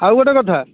ଆଉ ଗୋଟେ କଥା